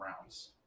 rounds